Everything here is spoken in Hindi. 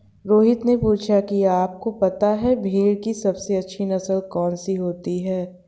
रोहित ने पूछा कि आप को पता है भेड़ की सबसे अच्छी नस्ल कौन सी होती है?